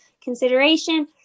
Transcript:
consideration